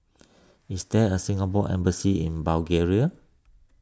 is there a Singapore Embassy in Bulgaria